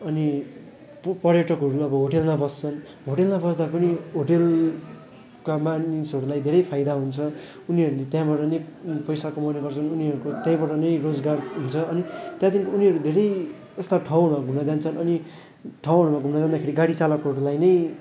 अनि प पर्यटकहरू अब होटेलमा बस्छन् होटेलमा बस्दा पनि होटेलका मानिसहरूलाई धेरै फाइदा हुन्छ उनीहरूले त्यहाँबाट नै पैसा कमाउने गर्छन् उनीहरूको त्यहीँबाट नै रोजगार हुन्छ अनि त्यहाँदेखिको उनीहरू धेरै यस्ता ठाउँहरूमा घुम्न जान्छन् अनि ठाउँहरूमा घुम्न जाँदाखेरि गाडी चालकहरूलाई नै